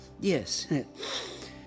Yes